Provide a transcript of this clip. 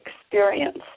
experience